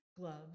gloves